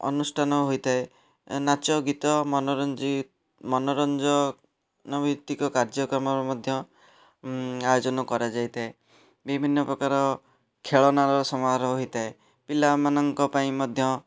ଅନୁଷ୍ଠାନ ହୋଇଥାଏ ଏ ନାଚଗୀତ ମନୋରଞ୍ଜନ ଭିତ୍ତିକ କାର୍ଯ୍ୟକ୍ରମ ମଧ୍ୟ ଆୟୋଜନ କରାଯାଇଥାଏ ବିଭିନ୍ନ ପ୍ରକାର ଖେଳଣାର ସମାରୋହ ହୋଇଥାଏ ପିଲାମାନଙ୍କ ପାଇଁ ମଧ୍ୟ